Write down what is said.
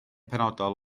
penodol